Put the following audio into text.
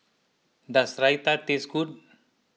does Raita taste good